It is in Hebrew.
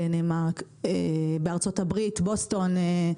דנמרק, בארצות הברית, בוסטון,